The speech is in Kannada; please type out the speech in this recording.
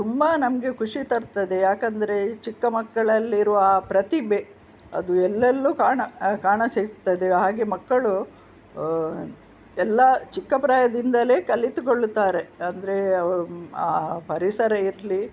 ತುಂಬ ನಮಗೆ ಖುಷಿ ತರ್ತದೆ ಏಕಂದ್ರೆ ಚಿಕ್ಕ ಮಕ್ಕಳಲ್ಲಿರುವ ಆ ಪ್ರತಿಭೆ ಅದು ಎಲ್ಲೆಲ್ಲೂ ಕಾಣ ಕಾಣಸಿಗ್ತದೆ ಹಾಗೇ ಮಕ್ಕಳು ಎಲ್ಲ ಚಿಕ್ಕ ಪ್ರಾಯದಿಂದಲೇ ಕಲಿತುಕೊಳ್ಳುತ್ತಾರೆ ಅಂದ್ರೆ ಅವ್ರ ಆ ಪರಿಸರ ಇರಲಿ